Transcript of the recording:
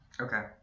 Okay